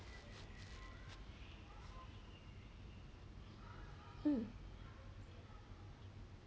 mm